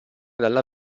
dalla